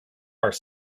are